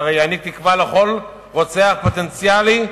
הרי יעניק תקווה לכל רוצח פוטנציאלי,